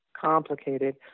complicated